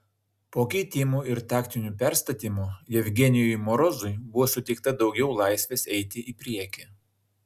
po keitimų ir taktinių perstatymų jevgenijui morozui buvo suteikta daugiau laisvės eiti į priekį